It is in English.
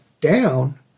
down